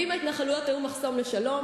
ואם ההתנחלויות היו מחסום לשלום,